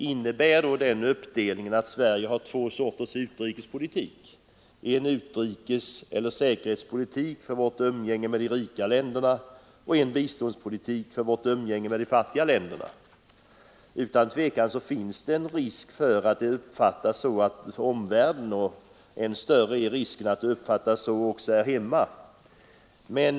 Innebär då den uppdelningen att Sverige har två sorters utrikespolitik, en utrikeseller säkerhetspolitik för vårt umgänge med de rika länderna och en biståndspolitik för vårt umgänge med de fattiga länderna? Utan tvivel finns det risk för att det uppfattas så av omvärlden, och än större är risken att det uppfattas så här hemma.